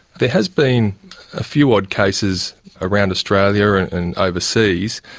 there has been a few odd cases around australia and overseas.